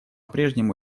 прежнему